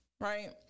right